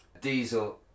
diesel